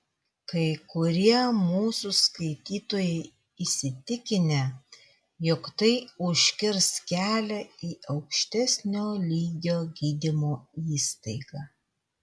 kai kurie mūsų skaitytojai įsitikinę jog tai užkirs kelią į aukštesnio lygio gydymo įstaigą